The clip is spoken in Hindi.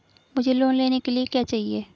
मुझे लोन लेने के लिए क्या चाहिए?